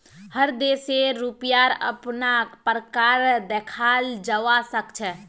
हर देशेर रुपयार अपना प्रकार देखाल जवा सक छे